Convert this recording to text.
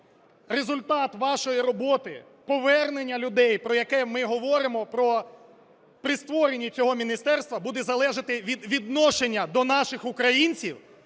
Результат вашої роботи, повернення людей, про яке ми говоримо, при створенні цього міністерства буде залежати від відношення до наших українців,